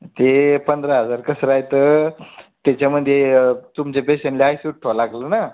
ते पंधरा हजार कसं राहतं त्याच्यामध्ये तुमच्या पेशंटला आय सी यूत ठेवावं लागलं ना